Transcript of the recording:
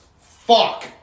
Fuck